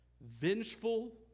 vengeful